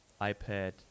iPad